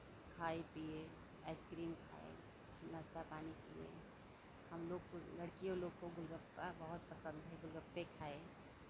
खाए पिए आइसक्रीम खाए नाश्ता पानी किये हमलोग को लड़कियों लोग को गोलगप्पा बहुत पसंद है गोलगप्पे खाए